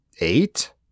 Eight